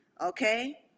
Okay